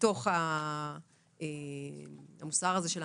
בתוך התרבות של ההנגשה.